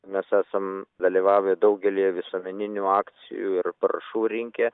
mes esam dalyvavę daugelyje visuomeninių akcijų ir parašų rinkę